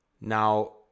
Now